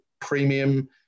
premium